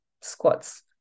squats